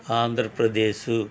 Andhra Pradesh